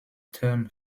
term